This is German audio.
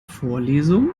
vorlesung